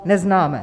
Neznáme!